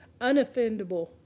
Unoffendable